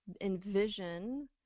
envision